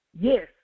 Yes